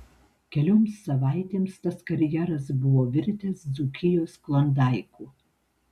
kelioms savaitėms tas karjeras buvo virtęs dzūkijos klondaiku